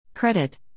Credit